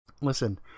Listen